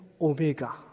Omega